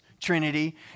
Trinity